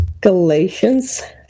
galatians